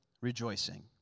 rejoicing